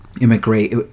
Immigrate